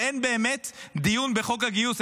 ואין באמת דיון בחוק הגיוס.